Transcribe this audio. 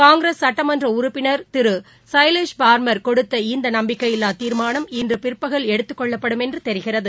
காங்கிரஸ் சட்டமன்றடறுப்பினர் கொடுத்த திருசைல் பார்மர் இந்தநம்பிக்கையில்லாதீர்மானம் இன்றுபிற்பகல் எடுத்துக் கொள்ளப்படும் என்றுதெரிகிறது